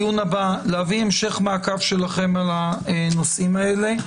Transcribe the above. ולדיון הבא להביא המשך מעקב שלכם על הנושאים האלה.